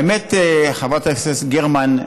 האמת, חברת הכנסת גרמן,